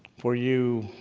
for you